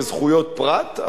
כזכויות פרט,